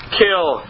kill